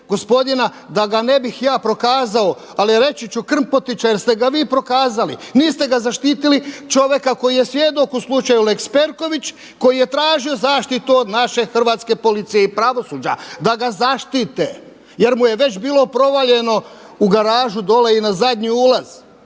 gospodina da ga ne bih ja prokazao, ali reći ću Krmpotića jer ste ga vi prokazali, niste ga zaštitili, čovjeka koji je svjedok u slučaju lex Perković koji je tražio zaštitu od naše hrvatske policije i pravosuđa, da ga zaštite jer mu je već bilo provaljeno u garažu dole i na zadnji ulaz.